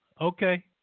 Okay